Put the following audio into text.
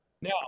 Now